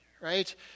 right